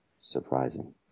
surprising